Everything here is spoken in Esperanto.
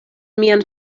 mian